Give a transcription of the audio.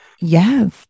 yes